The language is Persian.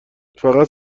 فقط